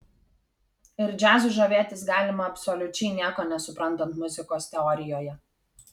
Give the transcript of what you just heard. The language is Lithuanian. ir džiazu žavėtis galima absoliučiai nieko nesuprantant muzikos teorijoje